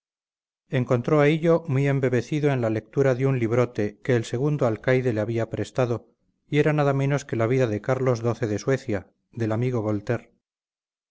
interesantes encontró a hillo muy embebecido en la lectura de un librote que el segundo alcaide le había prestado y era nada menos que lavida de carlos xii de suecia del amigo